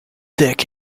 dick